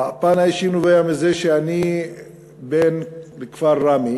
הפן האישי נובע מזה שאני בן הכפר ראמה